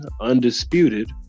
undisputed